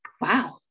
wow